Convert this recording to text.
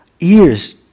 ears